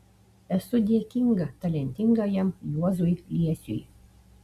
esu dėkinga talentingajam juozui liesiui